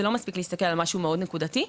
זה לא מספיק להסתכל על משהו נקודתי מאוד,